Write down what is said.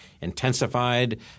intensified